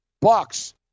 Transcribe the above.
Bucks